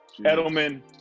Edelman